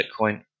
Bitcoin